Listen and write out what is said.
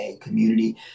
community